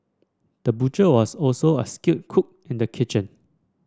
the butcher was also a skilled cook in the kitchen